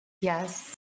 Yes